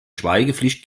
schweigepflicht